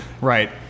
Right